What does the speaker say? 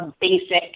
basic